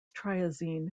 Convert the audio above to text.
triazine